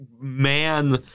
man